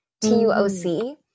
T-U-O-C